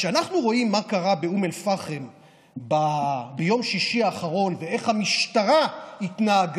כשאנחנו רואים מה קרה באום אל-פחם ביום שישי האחרון ואיך המשטרה התנהגה,